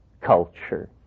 culture